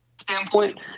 standpoint